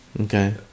Okay